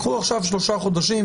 קחו עכשיו שלושה חודשים,